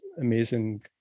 amazing